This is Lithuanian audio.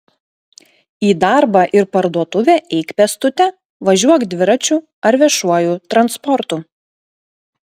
į darbą ir parduotuvę eik pėstute važiuok dviračiu ar viešuoju transportu